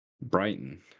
Brighton